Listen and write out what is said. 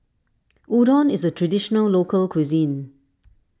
Udon is a Traditional Local Cuisine